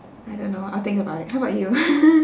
I don't know I'll think about it how about you